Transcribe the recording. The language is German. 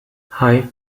hei